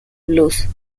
blues